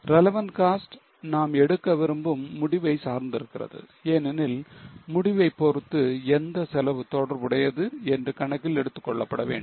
Relevant cost நாம் எடுக்க விரும்பும் முடிவை சார்ந்திருக்கிறது ஏனெனில் முடிவைப் பொறுத்து எந்த செலவு தொடர்புடையது என்று கணக்கில் கொள்ளப்பட வேண்டும்